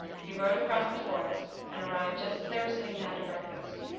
he rode across the forest, and arrived just as they were sitting down to breakfast.